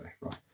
right